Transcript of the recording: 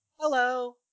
Hello